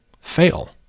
fail